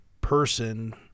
person